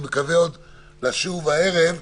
אני מקווה לשוב עוד הערב.